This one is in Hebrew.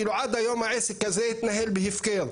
כאילו עד היום העסק הזה התנהל בהפקר,